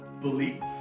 believe